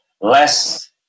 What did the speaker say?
less